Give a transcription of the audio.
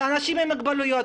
אנשים עם מוגבלויות,